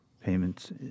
payments